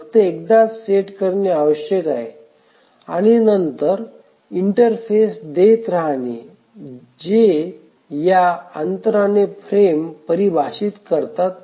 फक्त एकदाच सेट करणे आवश्यक आहे आणि नंतर इंटरफेस देत रहाने जे या अंतराने फ्रेम परिभाषित करतात